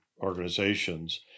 organizations